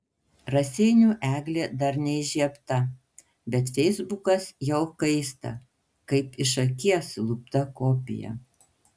raseinių eglė dar neįžiebta bet feisbukas jau kaista kaip iš akies lupta kopija